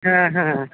হ্যাঁ হ্যাঁ